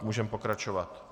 Můžeme pokračovat.